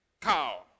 cow